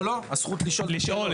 לא, הזכות לשאול.